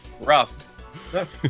Rough